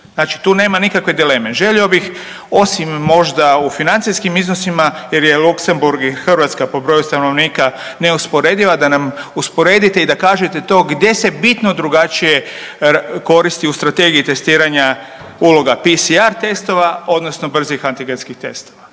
znači tu nema nikakve dileme. Želio bih osim možda u financijskim iznosima jer je Luksemburg i Hrvatska po broju stanovnika neusporediva da nam usporedite i da kažete to gdje se bitno drugačije koristi u strategiji testiranja uloga PCR testova odnosno brzih antigenskih testova.